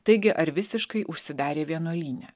taigi ar visiškai užsidarė vienuolyne